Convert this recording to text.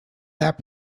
that